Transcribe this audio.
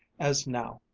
as now,